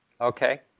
Okay